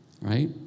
Right